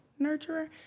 Nurturer